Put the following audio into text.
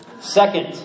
Second